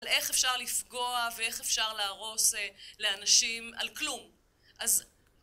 על איך אפשר לפגוע ואיך אפשר להרוס לאנשים, על כלום.